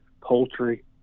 poultry